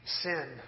sin